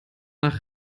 nach